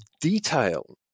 detail